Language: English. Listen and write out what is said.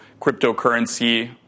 cryptocurrency